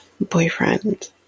boyfriend